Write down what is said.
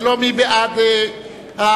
ולא מי בעד ההתנגדות.